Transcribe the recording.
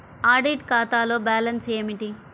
Audit ఖాతాలో balance ఏమిటీ?